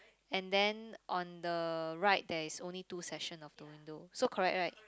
and then on the right there is only two section of the window so correct right